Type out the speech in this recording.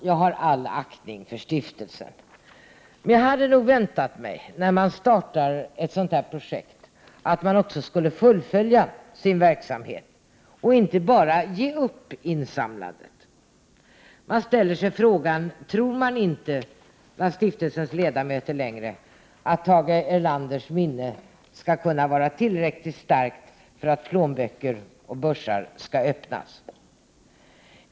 Jag har all aktning för stiftelsen, men hade nog väntat mig att man när man startar ett sådant här projekt också skulle fullfölja sin verksamhet och inte bara ge upp insamlandet. Jag ställer mig frågan: Tror stiftelsens ledamöter inte längre att Tage Erlanders minne skall kunna vara tillräckligt starkt för att människors plånböcker och börsar skall öppnas?